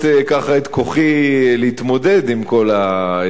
את כוחי להתמודד עם כל האתגר הזה,